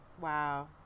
Wow